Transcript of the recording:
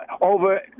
over